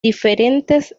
diferentes